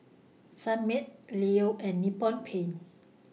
Sunmaid Leo and Nippon Paint